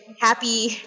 happy